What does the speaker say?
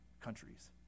countries